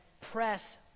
press